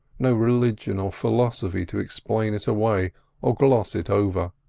no religion or philosophy to explain it away or gloss it over.